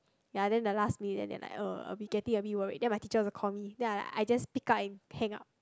ya then the last minute then they like uh we getting a bit worried then my teacher also call me then I like I just pick up and hang up